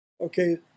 Okay